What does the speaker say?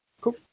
Cool